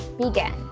begin